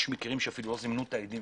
יש מקרים שאפילו לא זימנו את העדים.